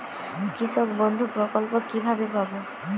কৃষকবন্ধু প্রকল্প কিভাবে পাব?